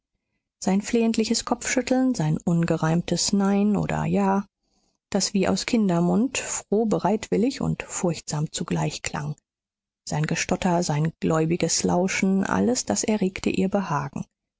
sein flehentliches kopfschütteln sein ungereimtes nein oder ja das wie aus kindermund froh bereitwillig und furchtsam zugleich klang sein gestotter sein gläubiges lauschen alles das erregte ihr behagen